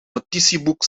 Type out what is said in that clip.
notitieboek